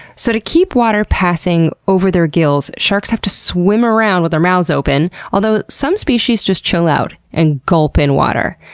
so to keep water passing over their gills, sharks have to swim around with their mouths open, ah though some species just chill out and gulp in water.